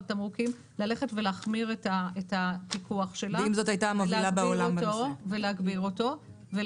תמרוקים ללכת ולהחמיר את הפיקוח שלה ולהגביר אותו.